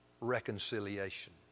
reconciliation